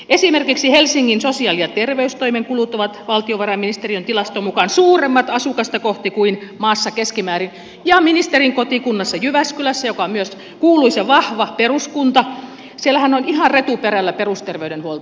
esimerkiksi helsingin sosiaali ja terveystoimen kulut ovat valtiovarainministeriön tilaston mukaan suuremmat asukasta kohti kuin maassa keskimäärin ja ministerin kotikunnassa jyväskylässähän joka on myös kuuluisa vahva peruskunta on ihan retuperällä perusterveydenhuolto